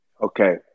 Okay